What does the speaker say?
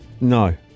no